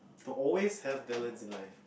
they will always have balance in life